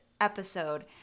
episode